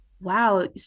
wow